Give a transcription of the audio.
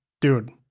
dude